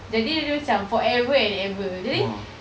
jadi dia macam forever and ever jadi